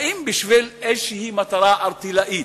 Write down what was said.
האם בשביל איזו מטרה ערטילאית,